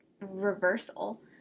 reversal